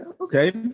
okay